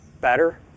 better